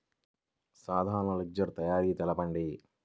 సాధారణ లెడ్జెర్ తయారి తెలుపండి?